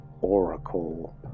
Oracle